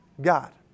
God